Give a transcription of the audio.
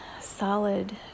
solid